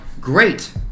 great